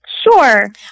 Sure